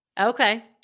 Okay